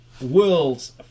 world's